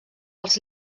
pels